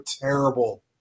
terrible